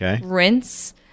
rinse